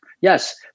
Yes